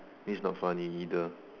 this is not funny either